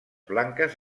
blanques